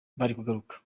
kugaruka